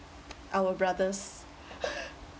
our brothers